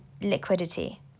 liquidity